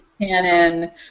canon